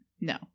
no